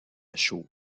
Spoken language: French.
chaux